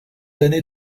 années